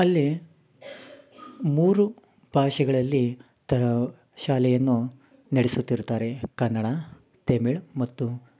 ಅಲ್ಲಿ ಮೂರು ಭಾಷೆಗಳಲ್ಲಿ ಥರಾ ಶಾಲೆಯನ್ನು ನಡೆಸುತ್ತಿರುತ್ತಾರೆ ಕನ್ನಡ ತಮಿಳು ಮತ್ತು